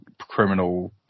criminal